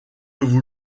vous